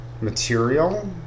material